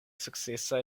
sukcesa